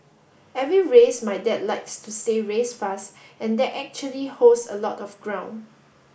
every race my dad likes to say race fast and that actually holds a lot of ground